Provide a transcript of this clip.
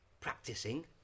practicing